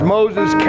Moses